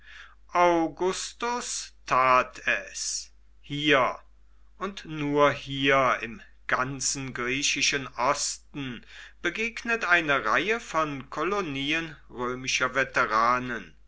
augustus tat es hier und nur hier im ganzen griechischen osten begegnet eine reihe von kolonien römischer veteranen